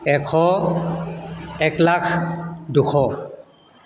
এশ একলাখ দুশ